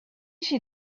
she